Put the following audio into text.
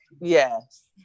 yes